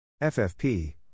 FFP